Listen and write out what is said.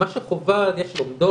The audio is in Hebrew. מה שחובה יש לומדות,